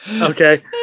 Okay